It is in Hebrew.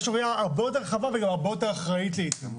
יש לו ראייה הרבה יותר רחבה וגם הרבה יותר אחראית לעיתים.